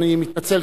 אני מתנצל,